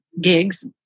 gigs